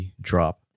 drop